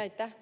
Aitäh!